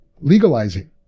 legalizing